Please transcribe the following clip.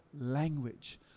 language